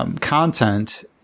content